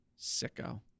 Sicko